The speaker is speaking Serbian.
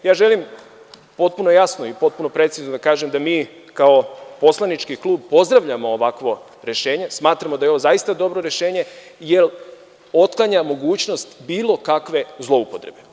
Ja želim potpuno jasno i potpuno precizno da kažem da mi kao poslanički klub pozdravljamo ovakvo rešenje i smatramo da je ovo zaista dobro rešenje, jer otklanja mogućnost bilo kakve zloupotrebe.